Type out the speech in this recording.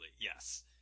yes